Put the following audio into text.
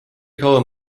kauem